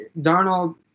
Darnold